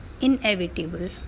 inevitable